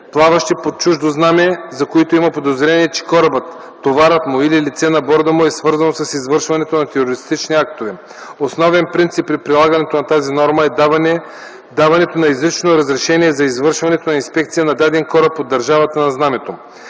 плаващи под чуждо знаме, за които има подозрения, че корабът, товарът му или лице на борда му, е свързано с извършването на терористични актове. Основен принцип при прилагането на тази норма е даването на изрично разрешение за извършването на инспекция на даден кораб от държавата на знамето.